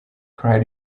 cried